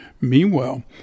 Meanwhile